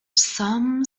some